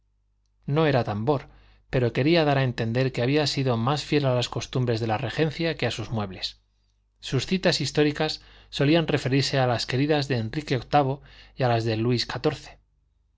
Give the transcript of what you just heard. no era tambor pero quería dar a entender que había sido más fiel a las costumbres de la regencia que a sus muebles sus citas históricas solían referirse a las queridas de enrique viii y a las de luis xiv